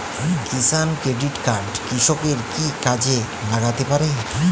কিষান credit card কৃষকের কি কি কাজে লাগতে পারে?